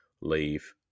leave